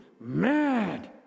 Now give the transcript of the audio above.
mad